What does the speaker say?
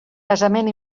casament